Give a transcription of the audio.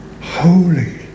holy